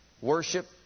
worship